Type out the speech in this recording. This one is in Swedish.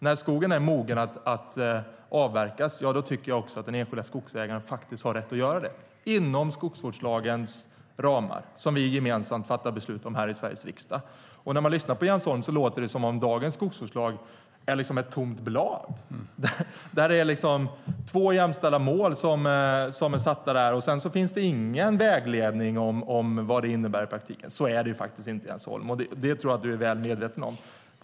När skogen är mogen att avverkas tycker jag också att den enskilda skogsägaren har rätt att göra det inom skogsvårdslagens ramar, som vi gemensamt fattar beslut om här i Sveriges riksdag. När man lyssnar på Jens Holm låter det som om dagens skogsvårdslag är ett tomt blad där det finns två jämställda mål, och sedan finns det ingen vägledning om vad innebär i praktiken. Så är det faktiskt inte, Jens Holm, och det tror jag att du är väl medveten om.